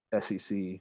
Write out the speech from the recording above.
SEC